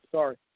Sorry